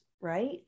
right